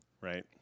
right